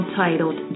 titled